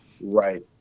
right